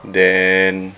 then